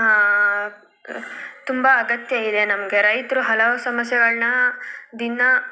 ತುಂಬ ಅಗತ್ಯ ಇದೆ ನಮಗೆ ರೈತರು ಹಲವು ಸಮಸ್ಯೆಗಳನ್ನ ದಿನ